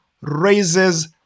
raises